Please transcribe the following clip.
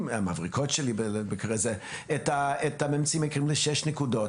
והמבריקות שלי את הממצאים העיקריים לשש נקודות.